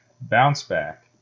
bounce-back